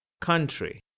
Country